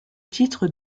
titre